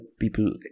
people